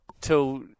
till